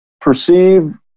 perceive